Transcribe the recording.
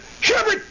Shepard